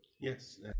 Yes